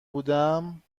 بودم